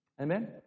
Amen